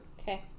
Okay